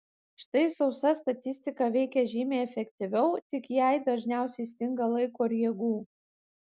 štai sausa statistika veikia žymiai efektyviau tik jai dažniausiai stinga laiko ir jėgų